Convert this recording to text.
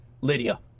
Lydia